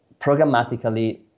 programmatically